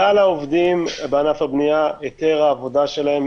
כלל העובדים בענף הבנייה היתר העבודה שלהם